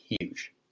huge